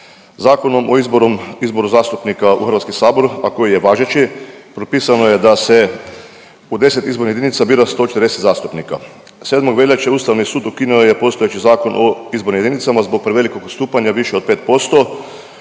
Zakonom o izboru, izboru zastupnika u Hrvatski sabor a koji je važeći propisano je da se u 10 izbornih jedinica bira 140 zastupnika. 7. veljače Ustavni sud ukinuo je postojeći Zakon o izbornim jedinicama zbog prevelikog odstupanja više od 5%